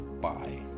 bye